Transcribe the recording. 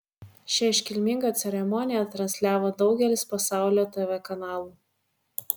šią iškilmingą ceremoniją transliavo daugelis pasaulio tv kanalų